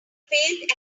failed